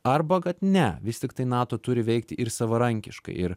arba kad ne vis tiktai nato turi veikti ir savarankiškai ir